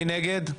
מי נגד?